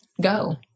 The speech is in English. go